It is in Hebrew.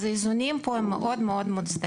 אז האיזונים פה הם מאוד מוצדקים.